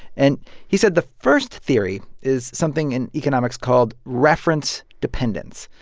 and he said the first theory is something in economics called reference dependence.